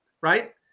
Right